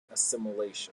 assimilation